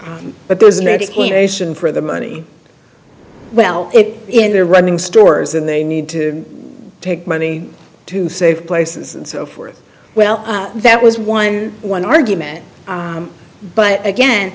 but there's medication for the money well it in the running stores and they need to take money to save places and so forth well that was one one argument but again